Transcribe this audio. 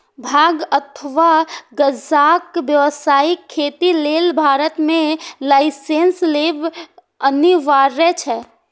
भांग अथवा गांजाक व्यावसायिक खेती लेल भारत मे लाइसेंस लेब अनिवार्य छै